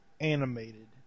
animated